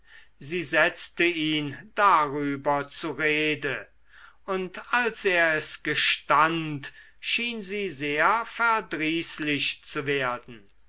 sie setzte ihn darüber zu rede und als er es gestand schien sie sehr verdrießlich zu werden